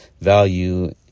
value